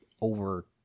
over